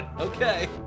Okay